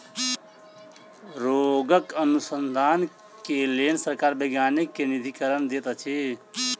रोगक अनुसन्धान के लेल सरकार वैज्ञानिक के निधिकरण दैत अछि